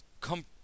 come